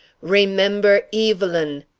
remember evelyn!